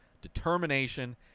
determination